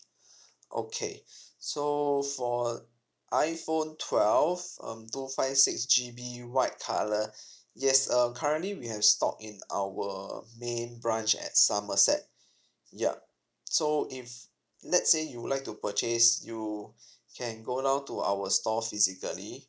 okay so for iphone twelve um two five six G B white colour yes uh currently we have stock in our main branch at somerset yup so if let's say you would like to purchase you can go down to our store physically